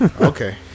okay